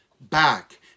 back